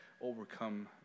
overcome